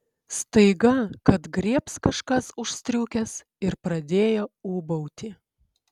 staiga kad griebs kažkas už striukės ir pradėjo ūbauti